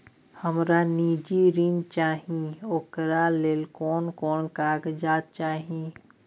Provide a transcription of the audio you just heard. हमरा निजी ऋण चाही ओकरा ले कोन कोन कागजात चाही?